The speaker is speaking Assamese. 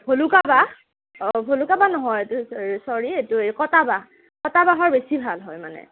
ভলুকা বাঁহ ভলুকা বাঁহ নহয় এইটো চৰি চৰি এইটো এই কটা বাঁহ কটা বাঁহৰ বেছি ভাল হয় মানে